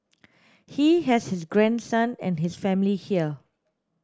he has his grandson and his family here